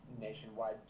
nationwide